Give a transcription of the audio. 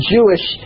Jewish